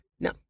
No